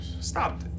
Stop